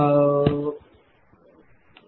9857394 40